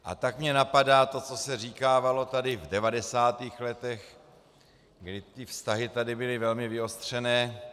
A tak mě napadá to, co se říkávalo tady v devadesátých letech, kdy vztahy tady byly velmi vyostřené.